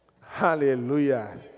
Hallelujah